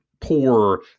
poor